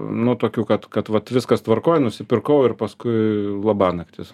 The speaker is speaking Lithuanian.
nu tokių kad kad vat viskas tvarkoj nusipirkau ir paskui labanaktis